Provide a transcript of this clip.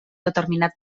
determinat